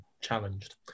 challenged